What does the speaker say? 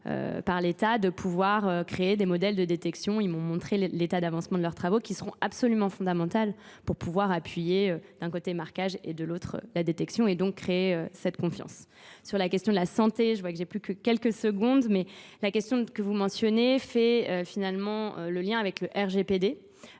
par l'État de pouvoir créer des modèles de détection. Ils m'ont montré l'état d'avancement de leurs travaux qui seront absolument fondamentaux pour pouvoir appuyer d'un côté le marquage et de l'autre la détection et donc créer cette confiance. Sur la question de la santé, je vois que j'ai plus que quelques secondes, mais la question que vous mentionnez fait finalement le lien avec le RGPD,